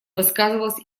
высказывалась